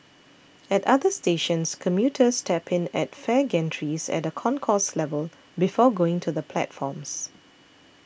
at other stations commuters tap in at fare gantries at a concourse level before going to the platforms